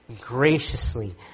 graciously